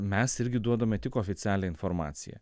mes irgi duodame tik oficialią informaciją